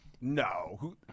No